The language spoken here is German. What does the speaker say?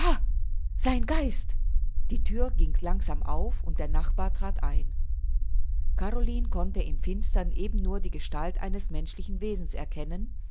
sein geist die thüre ging langsam auf und der nachbar trat ein caroline konnte im finstern eben nur die gestalt eines menschlichen wesens erkennen